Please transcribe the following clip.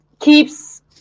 keeps